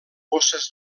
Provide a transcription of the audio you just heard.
bosses